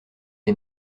des